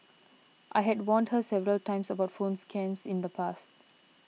I had warned her several times about phone scams in the past